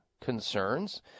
concerns